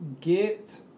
get